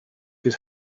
his